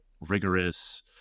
rigorous